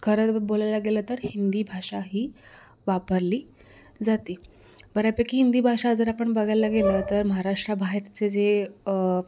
खरं बोलायला गेलं तर हिंदी भाषा ही वापरली जाते बऱ्यापैकी हिंदी भाषा जर आपण बघायला गेलो तर महाराष्ट्राबाहेरचे जे